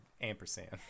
ampersand